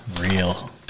real